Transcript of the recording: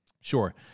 sure